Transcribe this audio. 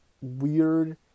weird